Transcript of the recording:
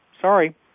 sorry